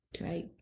right